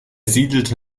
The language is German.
siedelte